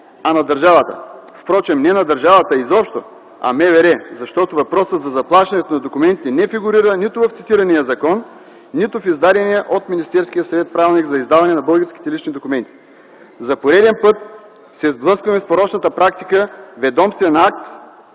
а на държавата. Впрочем не на държавата изобщо, а на МВР. Защото въпросът за заплащането на документите не фигурира нито в цитирания закон, нито в издадения от Министерския съвет Правилник за издаване на българските лични документи. За пореден път се сблъскваме с порочната практика ведомствен акт,